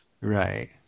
Right